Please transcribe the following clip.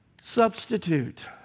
substitute